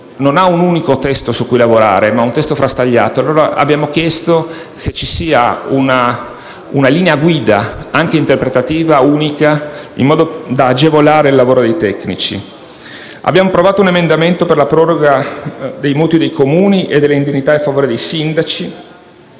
non ha un unico testo su cui lavorare, ma ha di fronte una normativa frastagliata. Abbiamo chiesto quindi che ci sia una linea guida interpretativa unica, in modo da agevolare il lavoro dei tecnici. Abbiamo approvato un emendamento per la proroga dei mutui dei Comuni e delle indennità a favore dei sindaci.